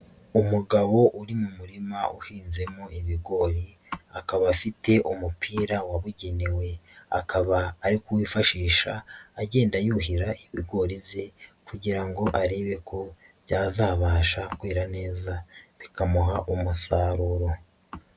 Umugabo uri mu murima uhinzemo ibigori akaba afite umupira wabugenewe, akaba ari kuwifashisha agenda yuhira ibigori bye kugira ngo arebe ko byazabasha kwera neza bikamuha umusaruro.